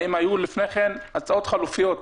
האם היו לפני כן הצעות חלופיות,